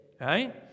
right